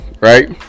Right